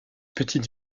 petite